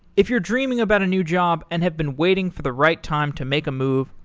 if you're dreaming about a new job and have been waiting for the right time to make a move,